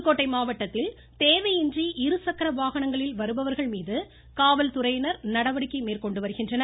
புதுக்கோட்டை மாவட்டத்தில் தேவையின்றி இருசக்கர வாகனங்களில் வருபவர்கள் மீது காவல் துறையினர் நடவடிக்கை மேற்கொண்டு வருகின்றனர்